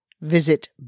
Visit